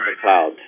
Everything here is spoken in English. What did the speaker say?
cloud